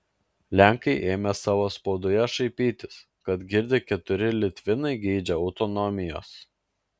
lenkai ėmė savo spaudoje šaipytis kad girdi keturi litvinai geidžia autonomijos